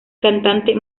cantante